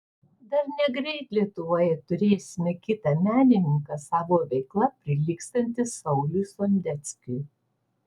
dar negreit lietuvoje turėsime kitą menininką savo veikla prilygstantį sauliui sondeckiui